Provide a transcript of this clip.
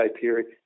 period